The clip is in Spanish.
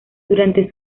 durante